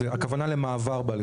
הכוונה למעבר בעלי חיים.